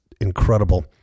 incredible